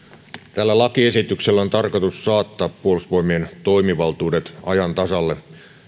tällä lakiesityksellä on tarkoitus saattaa puolustusvoimien toimivaltuudet ajan tasalle